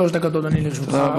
שלוש דקות, אדוני, לרשותך.